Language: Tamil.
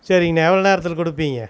சரிங்க இன்னும் எவ்வளோ நேரத்தில் கொடுப்பீங்க